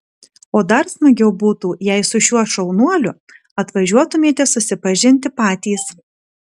o dar smagiau būtų jei su šiuo šaunuoliu atvažiuotumėte susipažinti patys